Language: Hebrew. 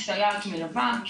היא סייעת מלווה.